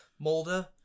Molda